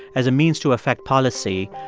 as a means to affect policy,